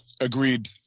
agreed